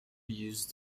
use